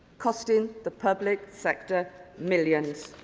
costing the public sector millions.